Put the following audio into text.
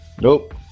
Nope